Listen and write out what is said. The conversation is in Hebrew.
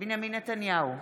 בנימין נתניהו,